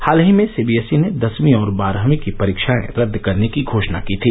हाल ही में सीबीएसई ने दसवीं और बारहवीं की परीक्षाएं रद्द करने की घोषणा की थी